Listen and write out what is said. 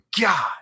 God